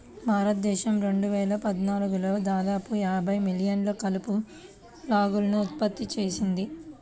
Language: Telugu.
భారతదేశం రెండు వేల పద్నాలుగులో దాదాపు యాభై మిలియన్ల కలప లాగ్లను ఉత్పత్తి చేసింది